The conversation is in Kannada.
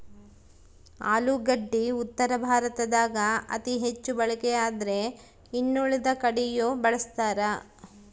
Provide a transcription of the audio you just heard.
ಆಲೂಗಡ್ಡಿ ಉತ್ತರ ಭಾರತದಾಗ ಅತಿ ಹೆಚ್ಚು ಬಳಕೆಯಾದ್ರೆ ಇನ್ನುಳಿದ ಕಡೆಯೂ ಬಳಸ್ತಾರ